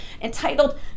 entitled